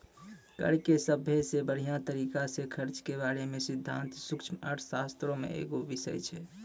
कर के सभ्भे से बढ़िया तरिका से खर्च के बारे मे सिद्धांत सूक्ष्म अर्थशास्त्रो मे एगो बिषय छै